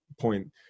point